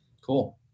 Cool